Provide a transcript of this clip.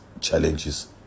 challenges